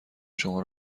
شما